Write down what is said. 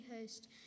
host